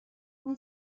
اون